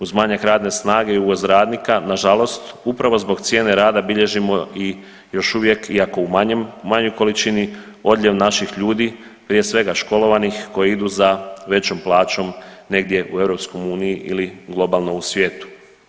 Uz manjak radne snage i uvoz radnika, nažalost, upravo zbog cijene rada bilježimo i još uvijek iako u manjoj količini, odljev naših ljudi, prije svega školovanih koji idu za većom plaćom negdje u EU ili globalno u svijetu.